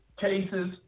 cases